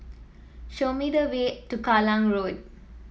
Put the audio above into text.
show me the way to Kallang Road